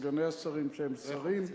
לסגני השרים שהם שרים,